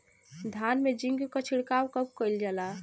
धान में जिंक क छिड़काव कब कइल जाला?